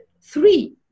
three